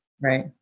Right